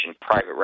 private